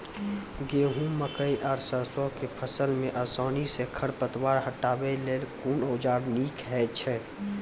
गेहूँ, मकई आर सरसो के फसल मे आसानी सॅ खर पतवार हटावै लेल कून औजार नीक है छै?